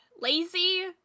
lazy